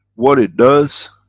what it does,